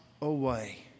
away